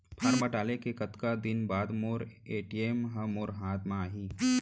Form डाले के कतका दिन बाद मोर ए.टी.एम ह मोर हाथ म आही?